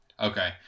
Okay